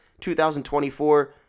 2024